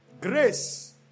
Grace